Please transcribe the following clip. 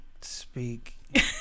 Speak